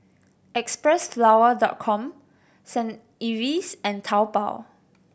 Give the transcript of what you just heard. Xpressflower Dot Com Saint Ives and Taobao